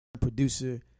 Producer